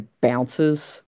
Bounces